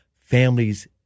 families